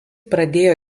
pradėjo